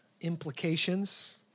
implications